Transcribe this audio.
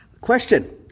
Question